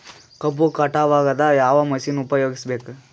ಕಬ್ಬು ಕಟಾವಗ ಯಾವ ಮಷಿನ್ ಉಪಯೋಗಿಸಬೇಕು?